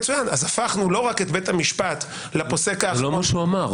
אז הפכנו לא רק את בית המשפט לפוסק האחרון- -- זה לא מה שהוא אמר.